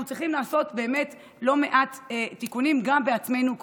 אנחנו צריכים לעשות באמת לא מעט תיקונים גם בתוכנו.